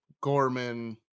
Gorman